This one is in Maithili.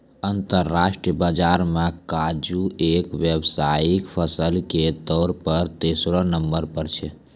अंतरराष्ट्रीय बाजार मॅ काजू एक व्यावसायिक फसल के तौर पर तेसरो नंबर पर छै